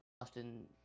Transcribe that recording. Austin